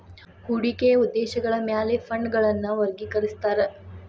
ಹೂಡಿಕೆಯ ಉದ್ದೇಶಗಳ ಮ್ಯಾಲೆ ಫಂಡ್ಗಳನ್ನ ವರ್ಗಿಕರಿಸ್ತಾರಾ